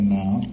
now